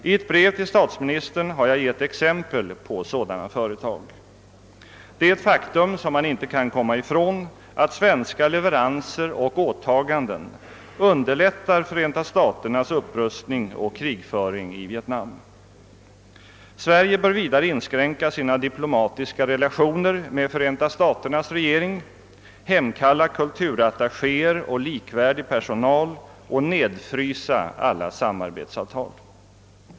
I ett brev till statsministern har jag gett exempel på sådana företag. Det är ett faktum som man inte kan komma ifrån att svenska leveranser och åtaganden underlättar Förenta staternas upprustning och krigföring i Vietnam. Sverige bör vidare inskränka sina diplomatiska relationer med Förenta staternas regering, hemkalla kulturattaché er och likvärdig personal och nedfrysa alla samarbetsavtal.